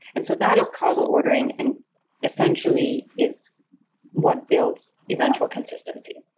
and so that is causal ordering and essentially is what builds eventual consistency.